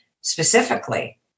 specifically